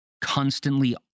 constantly